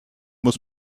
muss